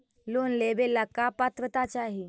Loan लेवेला का पात्रता चाही?